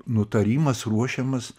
nutarimas ruošiamas